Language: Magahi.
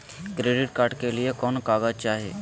क्रेडिट कार्ड के लिए कौन कागज चाही?